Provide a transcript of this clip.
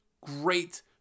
great